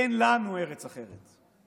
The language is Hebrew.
אין לנו ארץ אחרת.